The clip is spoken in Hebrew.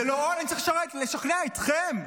אני צריך לשכנע אתכם?